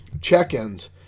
check-ins